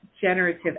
generative